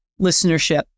listenership